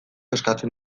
eskatzen